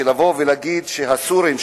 לומר שהסורים,